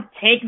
take